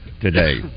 today